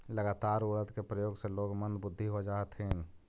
लगातार उड़द के प्रयोग से लोग मंदबुद्धि हो जा हथिन